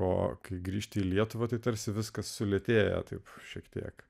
o kai grįžti į lietuvą tai tarsi viskas sulėtėja taip šiek tiek